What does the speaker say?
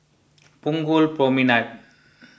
Punggol Promenade